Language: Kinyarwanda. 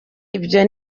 ibyo